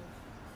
ya